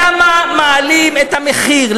למה מעלים את המחיר?